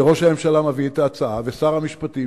זה ראש הממשלה מביא את ההצעה ושר המשפטים,